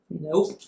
Nope